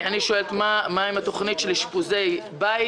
אני שואלת מה עם התוכנית של אשפוזי בית